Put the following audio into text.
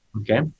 Okay